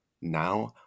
now